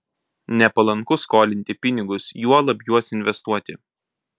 nepalanku skolinti pinigus juolab juos investuoti